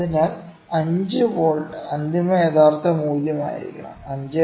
അതിനാൽ 5 വോൾട്ട് അന്തിമ യഥാർത്ഥ മൂല്യമായിരിക്കണം 5